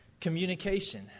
communication